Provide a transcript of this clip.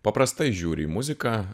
paprastai žiūri į muziką